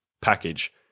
package